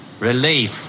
Relief